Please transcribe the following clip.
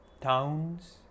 towns